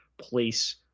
place